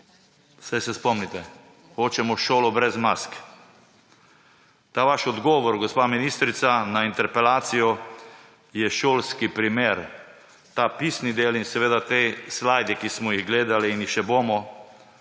Saj se spomnite, hočemo šolo brez mask. Ta vaš odgovor, gospa ministrica, na interpelacijo je šolski primer, ta pisni del in seveda ti slidi, ki smo jih gledali in jih še bomo.